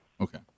okay